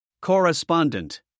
Correspondent